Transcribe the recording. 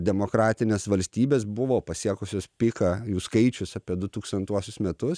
demokratinės valstybės buvo pasiekusios piką jų skaičius apie du tūkstantuosius metus